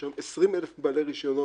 יש לנו 20,000 בעלי רישיונות.